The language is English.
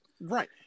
Right